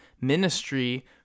ministry